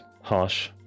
harsh